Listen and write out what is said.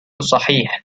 صحيح